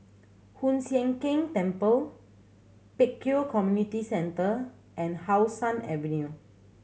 Hoon Sian Keng Temple Pek Kio Community Centre and How Sun Avenue